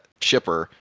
shipper